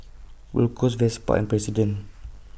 Gold Roast Vespa and President